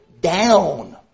down